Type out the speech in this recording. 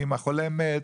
אם החולה מת,